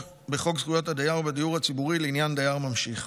זכויות הדייר בדיור הציבורי לעניין דייר ממשיך.